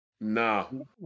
No